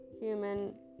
human